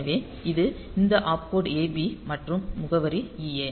எனவே இது இந்த ஆப்கோட் AB மற்றும் முகவரி EA